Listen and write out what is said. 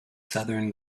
southern